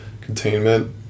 containment